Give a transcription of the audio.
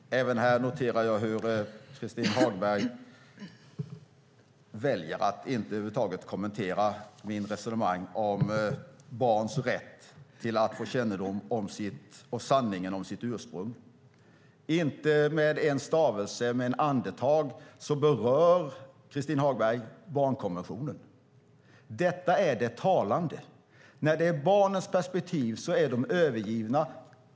Fru talman! Även här noterar jag att Christin Hagberg väljer att över huvud taget inte kommentera mitt resonemang om barns rätt att få kännedom och sanningen om sitt ursprung. Inte med en stavelse och inte med ett andetag berör Christin Hagberg barnkonventionen. Detta är talande. När det är barnens perspektiv är de övergivna.